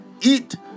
eat